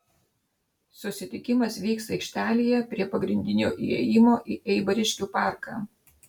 susitikimas vyks aikštelėje prie pagrindinio įėjimo į eibariškių parką